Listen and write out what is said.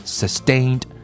sustained